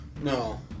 No